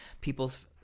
people's